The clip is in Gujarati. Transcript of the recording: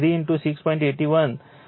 81 2 10 j 8 છે